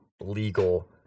legal